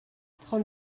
trente